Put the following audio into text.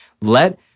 Let